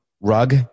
rug